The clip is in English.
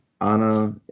Anna